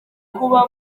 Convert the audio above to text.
kuba